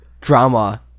Drama